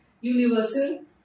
universal